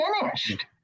finished